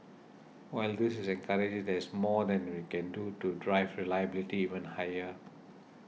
while this is encouraging there's more that we can do to drive reliability even higher